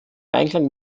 einklang